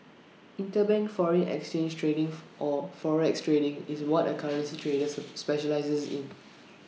interbank foreign exchange trading or forex trading is what A currency trader specialises in